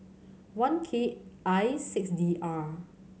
one K I six D R